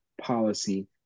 policy